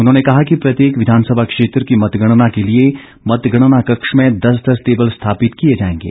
उन्होंने कहा कि प्रत्येक विधानसभा क्षेत्र की मतगणना के लिए मतगणना कक्ष में दस दस टेबल स्थापित किए जाएंगे